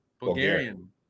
Bulgarian